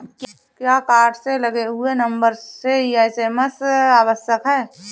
क्या कार्ड में लगे हुए नंबर से ही एस.एम.एस आवश्यक है?